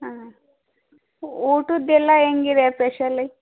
ಹಾಂ ಊಟದ್ದೆಲ್ಲ ಹೆಂಗಿದೆ ಪೆಷಲಿ